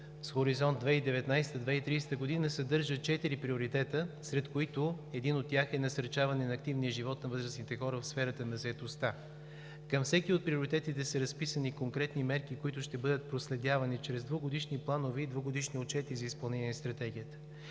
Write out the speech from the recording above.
с хоризонт 2019 – 2030 г. съдържа четири приоритета, сред които един от тях е насърчаване на активния живот на възрастните хора в сферата на заетостта. Към всеки от приоритетите са разписани конкретни мерки, които ще бъдат проследявани чрез двугодишни планове и двугодишни отчети за изпълнение на Стратегията.